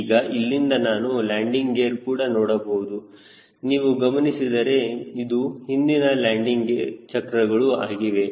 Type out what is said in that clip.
ಈಗ ಇಲ್ಲಿಂದ ನಾನು ಲ್ಯಾಂಡಿಂಗ್ ಗೇರ್ ಕೂಡ ನೋಡಬಹುದು ನೀವು ಗಮನಿಸಿದರೆ ಇದು ಹಿಂದಿನ ಲ್ಯಾಂಡಿಂಗ್ ಚಕ್ರಗಳು ಆಗಿವೆ